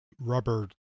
rubber